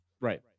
Right